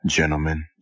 Gentlemen